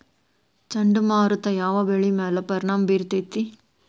ಚಂಡಮಾರುತ ಯಾವ್ ಬೆಳಿ ಮ್ಯಾಲ್ ಪರಿಣಾಮ ಬಿರತೇತಿ?